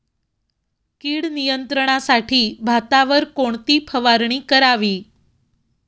कीड नियंत्रणासाठी भातावर कोणती फवारणी करावी?